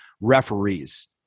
referees